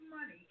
money